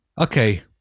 Okay